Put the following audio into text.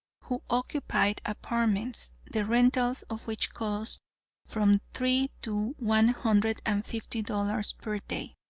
who occupied apartments, the rentals of which cost from three to one hundred and fifty dollars per day.